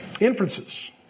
inferences